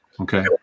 Okay